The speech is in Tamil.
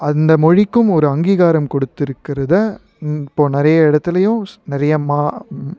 அந்த மொழிக்கும் ஒரு அங்கீகாரம் கொடுத்திருக்கறத இங் இப்போ நிறைய இடத்துலையும் ஸ் நிறையா மா